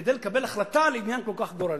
כדי לקבל החלטה על עניין כל כך גורלי,